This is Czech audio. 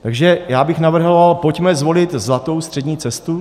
Takže já bych navrhoval, pojďme zvolit zlatou střední cestu.